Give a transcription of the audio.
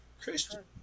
Christian